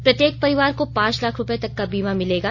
प्रत्येक परिवार को पांच लाख रुपए तक का बीमा मिलेगा